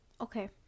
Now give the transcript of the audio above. okay